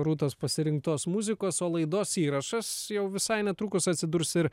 rūtos pasirinktos muzikos o laidos įrašas jau visai netrukus atsidurs ir